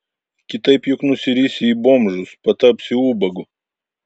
kitaip juk nusirisi į bomžus patapsi ubagu